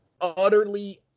utterly